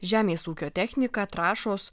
žemės ūkio technika trąšos